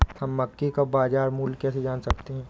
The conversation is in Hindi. हम मक्के का बाजार मूल्य कैसे जान सकते हैं?